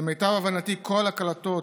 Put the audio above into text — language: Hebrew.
למיטב הבנתי, כל הקלטות